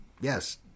yes